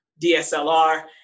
DSLR